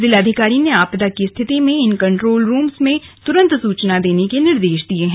जिलाधिकारी ने आपदा की स्थिति में इन कंट्रोल रूम में तुरंत सूचना देने के निर्देश दिये हैं